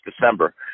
December